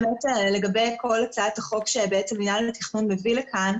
לגבי כל הצעת החוק שמינהל התכנון מביא לכאן,